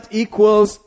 equals